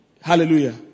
Hallelujah